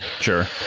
Sure